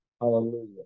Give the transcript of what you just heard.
Hallelujah